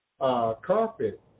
carpet